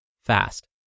fast